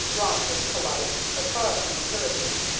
ross was polite, but far from encouraging,